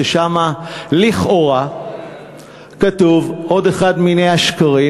ששם לכאורה כתוב עוד אחד ממיני השקרים,